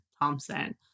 Thompson